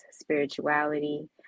Spirituality